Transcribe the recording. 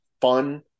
fun